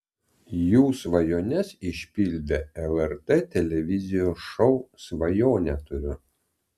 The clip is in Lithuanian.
jų svajones išpildė lrt televizijos šou svajonę turiu